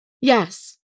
Yes